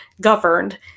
governed